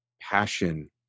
passion